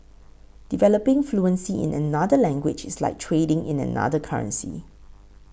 developing fluency in another language is like trading in another currency